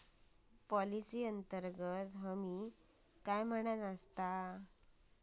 Policy अंतर्गत हमी काय आसा?